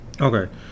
Okay